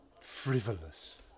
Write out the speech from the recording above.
frivolous